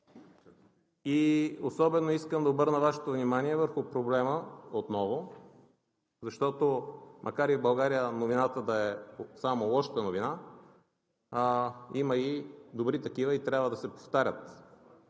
с над 13%. Искам да обърна Вашето внимание върху проблема отново, защото макар и в България новина да е само лошата новина, а има и добри такива, и трябва да се повтарят.